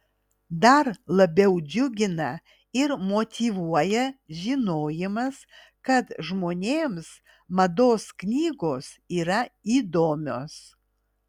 dar labiau džiugina ir motyvuoja žinojimas kad žmonėms mados knygos yra įdomios